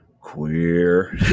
Queer